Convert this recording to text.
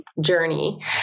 journey